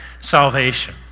salvation